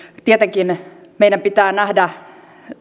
tietenkin meidän pitää nähdä